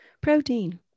Protein